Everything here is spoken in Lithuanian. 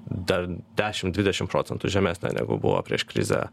dar dešim dvidešim procentų žemesnė negu buvo prieš krizę